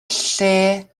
lle